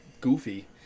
goofy